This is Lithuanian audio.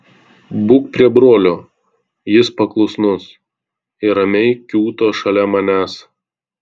būk prie brolio jis paklusnus ir ramiai kiūto šalia manęs